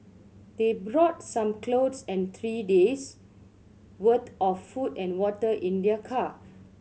they brought some clothes and three days' worth of food and water in their car